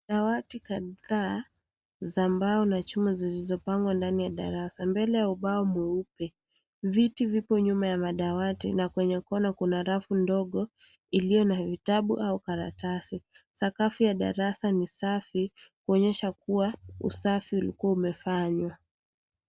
Dawati kadhaa za mbao na chuma zilizopangwa ndani ya darasa mbele ya ubao mweupe ,viti vipo nyuma ya madawati na kwenye kona kuna rafu ndogo iliyo na vitabu au karatasi, sakafu ya darasa ni safi kuonyesha kuwa usafi ulikuwa umefanywa.